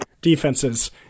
defenses